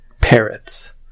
parrots